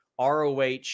roh